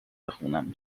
بخونم